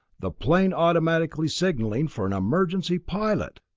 the plane automatically signaling for an emergency pilot!